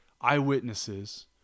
eyewitnesses